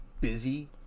busy